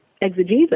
exegesis